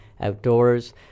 outdoors